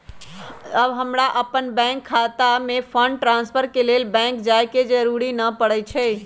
अब हमरा अप्पन बैंक खता में फंड ट्रांसफर के लेल बैंक जाय के जरूरी नऽ परै छइ